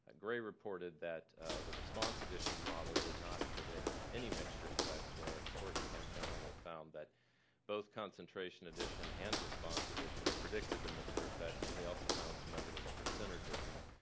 and gray reported that the response addition model did not predict any mixture effects whereas kortenkamp generally found that both concentration addition and response addition predicted the mixture effects but they also found some evidence for synergism.